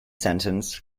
sentence